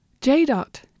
J-dot